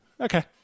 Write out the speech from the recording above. Okay